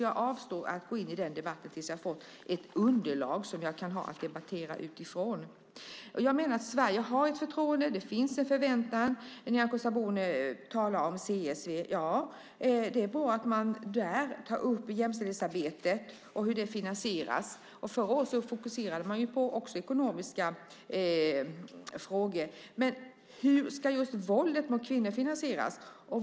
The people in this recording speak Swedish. Jag avstår från att gå in i den debatten tills jag får ett underlag som jag kan debattera utifrån. Jag menar att Sverige har ett förtroende. Det finns en förväntan. Nyamko Sabuni talar om CSW. Det är bra att man där tar upp jämställdhetsarbetet och hur det finansieras. Förra året fokuserade man också på ekonomiska frågor. Men hur ska just det som gäller våldet mot kvinnor finansieras?